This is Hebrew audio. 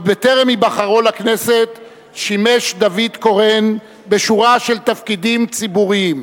עוד בטרם נבחר לכנסת שימש דוד קורן בשורה של תפקידים ציבוריים: